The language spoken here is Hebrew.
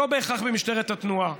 לא בהכרח במשטרת התנועה.